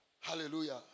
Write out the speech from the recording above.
Hallelujah